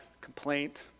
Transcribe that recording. complaint